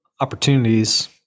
opportunities